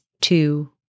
two